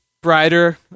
brighter